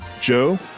Joe